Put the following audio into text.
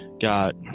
got